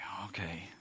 Okay